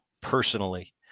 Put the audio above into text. personally